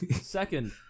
second